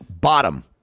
bottom